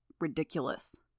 ridiculous